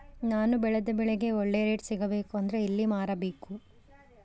ನಾನು ಬೆಳೆದ ಬೆಳೆಗೆ ಒಳ್ಳೆ ರೇಟ್ ಸಿಗಬೇಕು ಅಂದ್ರೆ ಎಲ್ಲಿ ಮಾರಬೇಕು?